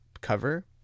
cover